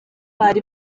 bari